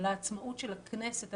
על העצמאות של הכנסת,